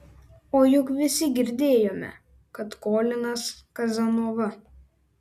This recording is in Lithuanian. o juk visi girdėjome kad kolinas kazanova